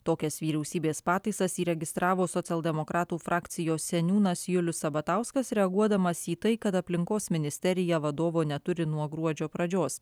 tokias vyriausybės pataisas įregistravo socialdemokratų frakcijos seniūnas julius sabatauskas reaguodamas į tai kad aplinkos ministerija vadovo neturi nuo gruodžio pradžios